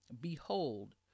behold